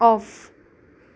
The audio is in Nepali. अफ